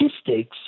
statistics